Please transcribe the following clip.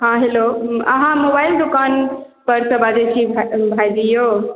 हँ हैलो अहाँ मोबाइल दोकान परसॅं बजै छी भाईजी यौ